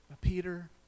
Peter